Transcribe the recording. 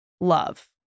love